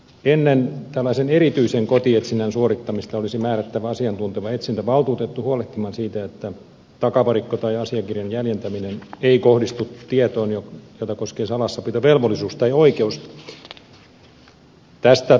ennen tällaisen erityisen kotietsinnän suorittamista olisi määrättävä asiantunteva etsintävaltuutettu huolehtimaan siitä että takavarikko tai asiakirjan jäljentäminen ei kohdistu tietoon jota koskee salassapitovelvollisuus tai oikeus